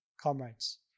comrades